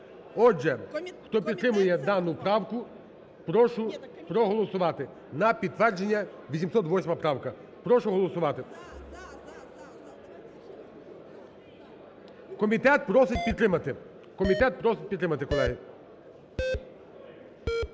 Отже, хто підтримує дану правку, прошу проголосувати, на підтвердження 808 правка. Прошу голосувати. Комітет просить підтримати. Комітет просить підтримати, колеги.